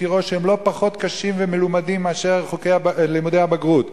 תירוש שהם לא פחות קשים ומלומדים מאשר לימודי הבגרות,